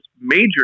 major